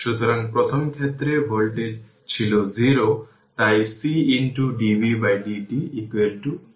সুতরাং প্রথম ক্ষেত্রে ভোল্টেজ ছিল 0 তাই C dv dt 0